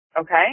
okay